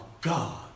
God